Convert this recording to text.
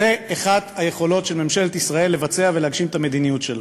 זו אחת היכולות של ממשלת ישראל לבצע ולהגשים את המדיניות שלה.